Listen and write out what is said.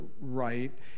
right